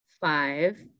five